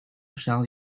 shall